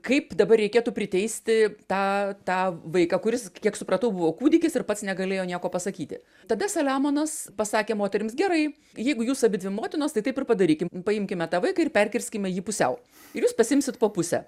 kaip dabar reikėtų priteisti tą tą vaiką kuris kiek supratau buvo kūdikis ir pats negalėjo nieko pasakyti tada saliamonas pasakė moterims gerai jeigu jūs abidvi motinos tai taip ir padarykim paimkime tą vaiką ir perkirskime jį pusiau ir jūs pasiimsit po pusę